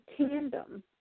tandem